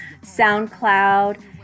SoundCloud